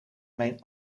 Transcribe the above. mijn